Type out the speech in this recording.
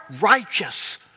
righteous